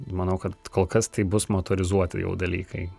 manau kad kol kas tai bus motorizuoti jau dalykai